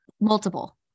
multiple